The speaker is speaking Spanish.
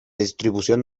distribución